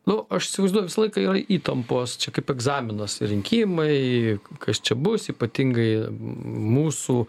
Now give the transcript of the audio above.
nu aš įsivaizduoju visą laiką yra įtampos čia kaip egzaminas rinkimai kas čia bus ypatingai mūsų